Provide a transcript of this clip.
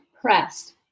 pressed